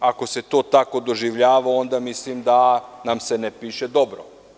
Ako se to tako doživljava, onda mislim da nam se ne piše dobro.